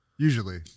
Usually